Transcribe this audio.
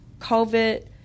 covid